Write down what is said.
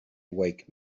wake